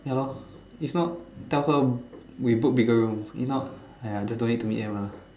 ya lor if not tell her we book bigger room if not !aiya! just don't need to meet them lah